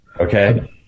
Okay